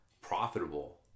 profitable